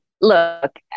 look